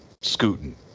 scooting